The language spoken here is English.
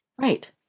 right